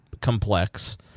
complex